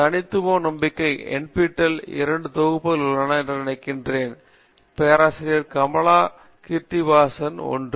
தனித்துவ கணிதம் நஃபிடெல் இரண்டு தொகுப்புகள் உள்ளன என்று நினைக்கிறேன் பேராசிரியர் கமலா கீர்த்திவாசன் ஒன்று